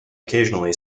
occasionally